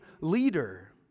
leader